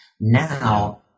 Now